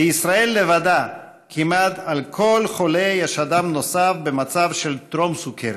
בישראל לבדה כמעט על כל חולה יש אדם נוסף במצב של טרום-סוכרת,